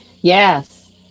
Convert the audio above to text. Yes